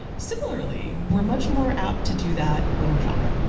similarly, we're much more apt to do that when we're shopping,